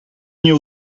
nie